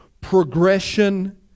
progression